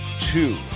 two